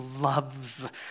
loves